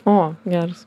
o geras